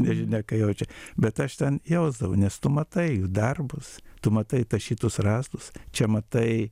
nežinia ką jaučia bet aš ten jausdavau nes tu matai jų darbus tu matai tašytus rąstus čia matai